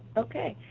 okay,